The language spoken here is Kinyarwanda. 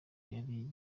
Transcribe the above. yari